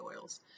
oils